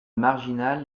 marginale